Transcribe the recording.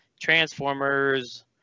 transformers